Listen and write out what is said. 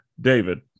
David